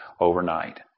overnight